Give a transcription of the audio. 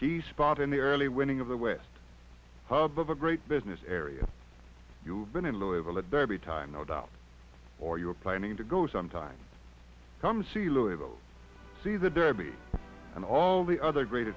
key spot in the early winning of the west hub of a great business area you've been in louisville a derby time no doubt or you are planning to go some time come see louisville see the derby and all the other great